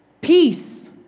Peace